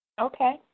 Okay